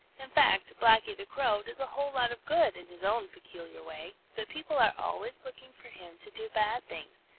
in fact, blacky the crow does a whole lot of good in his own peculiar way, but people are always looking for him to do bad things,